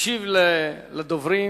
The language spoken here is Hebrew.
ישיב לדוברים